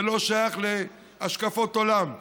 זה לא שייך להשקפות עולם,